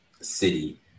city